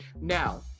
Now